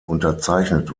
unterzeichnet